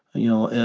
you know, and